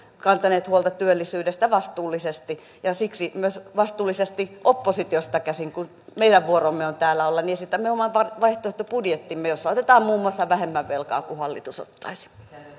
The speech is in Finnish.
kantaneet huolta työllisyydestä vastuullisesti ja siksi vastuullisesti myös oppositiosta käsin kun meidän vuoromme on täällä olla esitämme oman vaihtoehtobudjettimme jossa otetaan muun muassa vähemmän velkaa kuin hallitus ottaisi